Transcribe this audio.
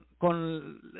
con